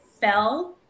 fell